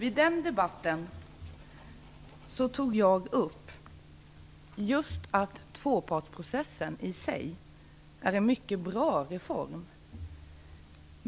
I den debatten tog jag upp just att tvåpartsprocessen i sig är en mycket bra reform.